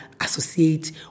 associate